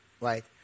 right